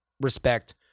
respect